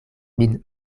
min